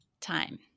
time